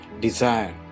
desire